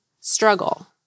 struggle